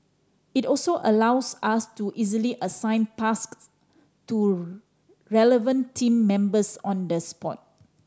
it also allows us to easily assign tasks to relevant team members on the spot